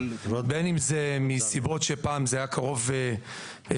בין אם זה מסיבות שפעם זה היה קרוב לגבול